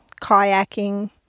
kayaking